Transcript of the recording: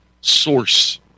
source